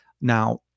Now